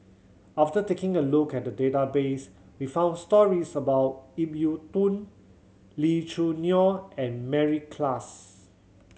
after taking a look at the database we found stories about Ip Yiu Tung Lee Choo Neo and Mary Klass